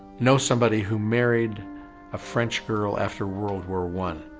know somebody who married a french girl after world war one